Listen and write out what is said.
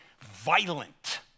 Violent